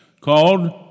called